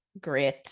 great